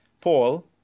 Paul